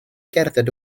gerdded